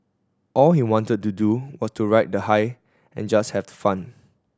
all he wanted to do was to ride the high and just have the fun